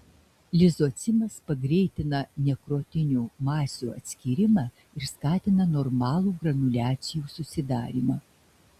lizocimas pagreitina nekrotinių masių atskyrimą ir skatina normalų granuliacijų susidarymą